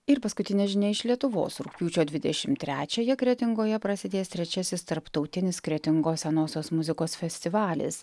ir paskutinė žinia iš lietuvos rugpjūčio dvidešim trečiąją kretingoje prasidės trečiasis tarptautinis kretingos senosios muzikos festivalis